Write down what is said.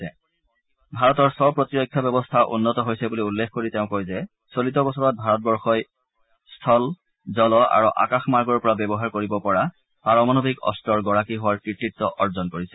তেওঁ কয় যে ভাৰতৰ স্ব প্ৰতিৰক্ষা ব্যৱস্থা উন্নত হৈছে বুলি উল্লেখ কৰি তেওঁ কয় যে চলিত বছৰত ভাৰতবৰ্ষই স্থল জল আৰু আকাশ মাৰ্গেৰ পৰা ব্যৱহাৰ কৰিব পৰা পাৰমাণৱিক অস্ত্ৰৰ গৰাকী হোৱাৰ কৃতিত্ব অৰ্জন কৰিছে